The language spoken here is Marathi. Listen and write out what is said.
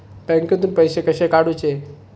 बँकेतून पैसे कसे काढूचे?